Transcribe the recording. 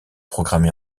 programmé